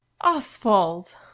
oswald